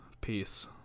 Peace